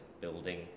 building